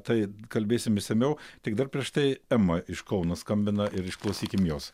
tai kalbėsim išsamiau tik dar prieš tai ema iš kauno skambina ir išklausykim jos